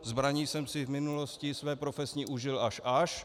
Zbraní jsem si v minulosti své profesní užil až až.